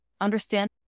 understand